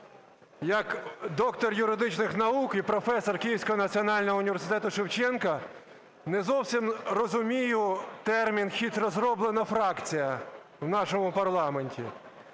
як доктор юридичних наук і професор Київського національного університету Шевченка не зовсім розумію термін "хитро зроблена фракція" в нашому парламенті.